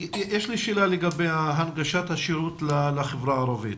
יש לי שאלה לגבי הנגשת השירות לחברה הערבית.